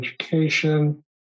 education